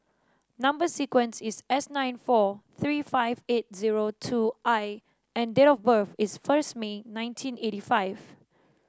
number sequence is S nine four three five eight zero two I and date of birth is first May nineteen eight five